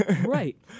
Right